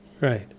Right